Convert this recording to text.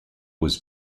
was